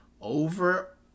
over